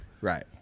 right